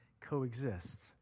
coexist